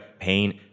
pain